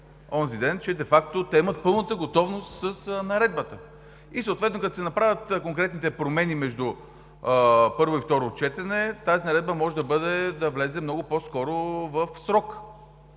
че те имат пълната готовност с наредбата и съответно като си направят конкретните промени между първо и второ четене, тази наредба може да влезе много по-скоро в срока.